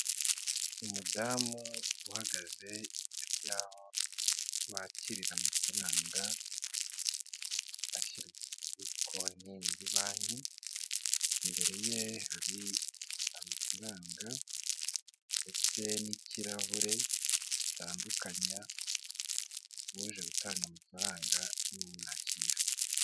Umudamu uhagaze imbere yo bakirira amafaranga, ashyirwa kuri konti muri banki, imbere ye hari amafaranga ndetse n'ikirahure gitandukanya uje gutanga amafaranga n'umwakira.